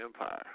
Empire